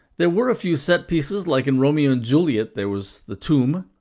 there were a few set pieces like in romeo and juliet, there was the tomb.